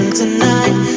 tonight